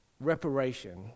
reparation